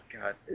God